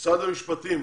המשפטים.